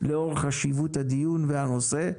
לאור חשיבות הדיון והנושא,